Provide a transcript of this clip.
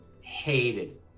hated